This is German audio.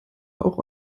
auch